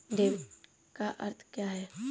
Debit का अर्थ क्या है?